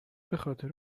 بخاطر